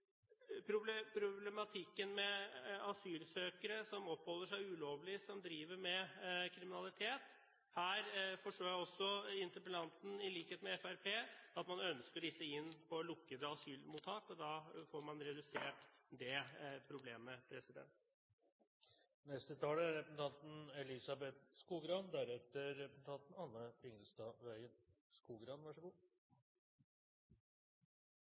gjelder problematikken med asylsøkere som oppholder seg her ulovlig, og som driver med kriminalitet, forsto jeg at også interpellanten, i likhet med Fremskrittspartiet, ønsker disse inn på lukkede asylmottak. Da får man redusert dette problemet. Også jeg vil starte med å takke interpellanten for at han reiser en debatt som faktisk er